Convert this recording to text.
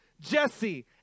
Jesse